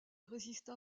résista